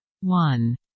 One